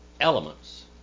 elements